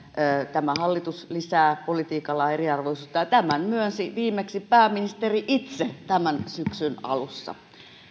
tämä hallitus lisää politiikallaan eriarvoisuutta ja tämän myönsi viimeksi pääministeri itse tämän syksyn alussa